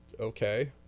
okay